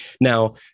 now